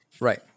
Right